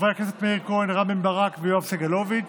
חברי הכנסת מאיר כהן, רם בן ברק ויואב סגלוביץ';